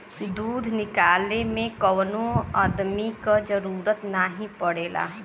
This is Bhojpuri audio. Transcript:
दूध निकाले में कौनो अदमी क जरूरत नाही पड़ेला